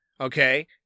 okay